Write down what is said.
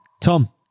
Tom